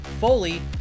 foley